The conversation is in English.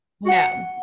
No